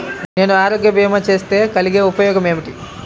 నేను ఆరోగ్య భీమా చేస్తే కలిగే ఉపయోగమేమిటీ?